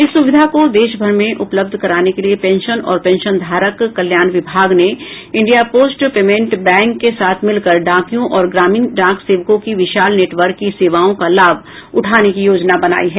इस सुविधा को देशभर में उपलब्ध कराने के लिए पेंशन और पेंशनधारक कल्याण विभाग ने इंडिया पोस्ट पेयमेंट बैंक के साथ मिलकर डाकियों और ग्रामीण डाक सेवकों के विशाल नेटवर्क की सेवाओं का लाभ उठाने की योजना बनाई है